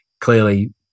clearly